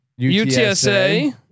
UTSA